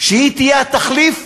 שהיא תהיה התחליף